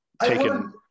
taken